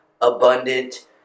abundant